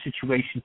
situation